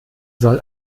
soll